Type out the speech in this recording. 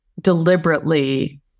deliberately